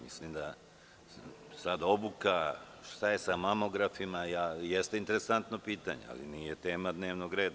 Mislim, da obuka i šta je sa mamografima, jeste interesantno pitanje ali nije tema dnevnog reda.